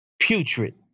putrid